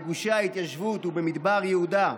בגושי ההתיישבות ובמדבר יהודה.